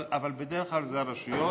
אבל בדרך כלל זה הרשויות,